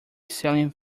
selling